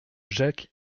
jacques